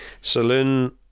saloon